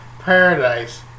Paradise